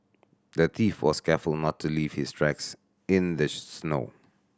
the thief was careful not to leave his tracks in the snow